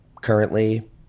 Currently